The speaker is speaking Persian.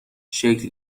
شکل